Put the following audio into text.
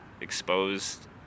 exposed